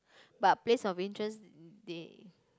but place of interest they